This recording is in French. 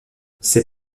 ses